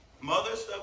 Mothers